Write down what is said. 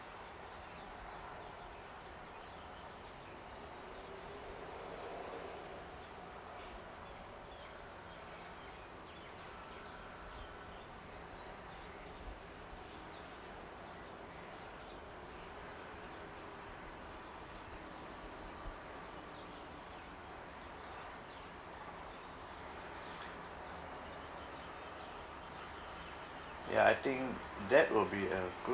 ya I think that will be a good